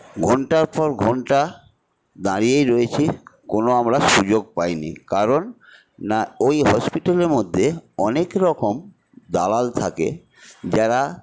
ঘন্টার পর ঘন্টা দাঁড়িয়েই রয়েছি কোনো আমরা সুযোগ পাইনি কারণ না ওই হসপিটালের মধ্যে অনেকরকম দালাল থাকে যারা